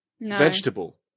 Vegetable